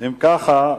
אם כך,